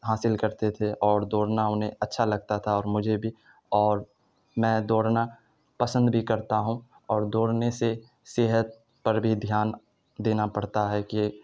حاصل کرتے تھے اور دوڑنا انہیں اچھا لگتا تھا اور مجھے بھی اور میں دوڑنا پسند بھی کرتا ہوں اور دورنے سے صحت پر بھی دھیان دینا پرتا ہے کہ